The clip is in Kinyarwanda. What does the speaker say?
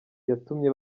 yatumye